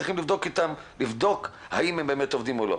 צריך לבדוק האם הם באמת עובדים או לא.